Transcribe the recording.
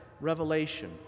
revelation